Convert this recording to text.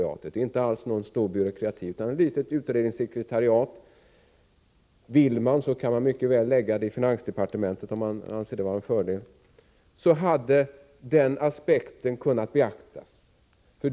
Det är inte alls fråga om någon stor byråkrati, utan ett litet utredningssekretariat som, om man så vill och anser det vara en fördel, kan läggas under finansdepartementet.